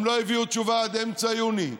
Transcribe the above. הם לא הביאו תשובה עד אמצע יוני.